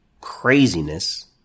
craziness